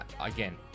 Again